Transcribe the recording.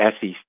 SEC